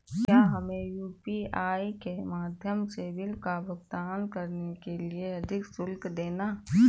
क्या हमें यू.पी.आई के माध्यम से बिल का भुगतान करने के लिए अधिक शुल्क देना होगा?